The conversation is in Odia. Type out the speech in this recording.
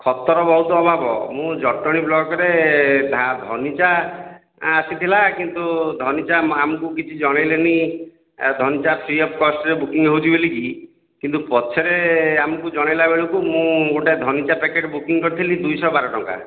ଖତର ବହୁତ ଅଭାବ ମୁଁ ଜଟଣୀ ବ୍ଲକ୍ରେ ଧନୀଚା ଆସିଥିଲା କିନ୍ତୁ ଧନୀଚା ଆମକୁ କିଛି ଜଣେଇଲେନି ଧନୀଚା ଫ୍ରି ଅଫ୍ କଷ୍ଟ୍ରେ ବୁକିଂ ହେଉଛି ବୋଲିକି କିନ୍ତୁ ପଛରେ ଆମକୁ ଜଣେଇଲା ବେଳକୁ ମୁଁ ଗୋଟେ ଧନୀଚା ପ୍ୟାକେଟ୍ କରିଥିଲି ଦୁଇଶହ ବାର ଟଙ୍କା